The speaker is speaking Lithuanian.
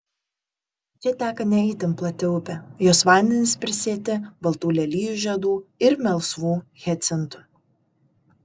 čia teka ne itin plati upė jos vandenys prisėti baltų lelijų žiedų ir melsvų hiacintų